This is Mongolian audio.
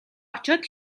очоод